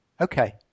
Okay